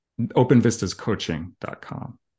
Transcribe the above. openvistascoaching.com